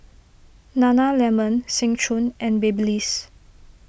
Nana Lemon Seng Choon and Babyliss